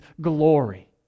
glory